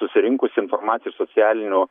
susirinkusi informaciją iš socialinių